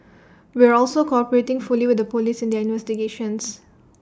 we are also cooperating fully with the Police in their investigations